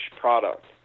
product